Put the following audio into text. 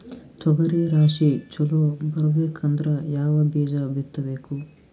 ತೊಗರಿ ರಾಶಿ ಚಲೋ ಬರಬೇಕಂದ್ರ ಯಾವ ಬೀಜ ಬಿತ್ತಬೇಕು?